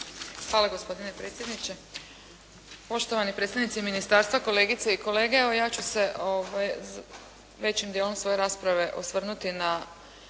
Hvala gospodine predsjedniče, poštovani predstavnici ministarstva, kolegice i kolege. Evo ja ću se većim dijelom svoje rasprave osvrnuti na